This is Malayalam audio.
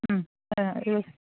മ് ഇത്